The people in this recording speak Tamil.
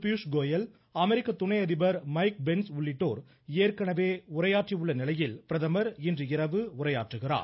பியூஷ் கோயல் அமெரிக்க துணைஅதிபர் மைக்பென்ஸ் உள்ளிட்டோர் ஏற்கனவே உரையாற்றி உள்ள நிலையில் பிரதமர் இன்று இரவு உரையாற்றுகிறார்